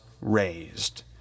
raised